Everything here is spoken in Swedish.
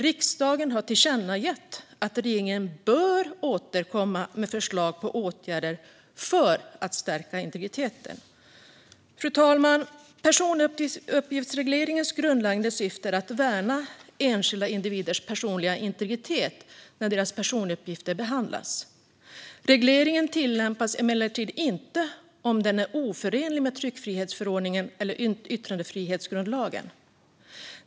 Riksdagen har tillkännagett att regeringen bör återkomma med förslag på åtgärder för att stärka integriteten. Fru talman! Personuppgiftsregleringens grundläggande syfte är att värna enskilda individers personliga integritet när deras personuppgifter behandlas. Regleringen tillämpas emellertid inte om den är oförenlig med tryckfrihetsförordningen eller yttrandefrihetsgrundlagen.